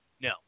No